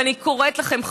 ואני קוראת לכם,